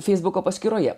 feisbuko paskyroje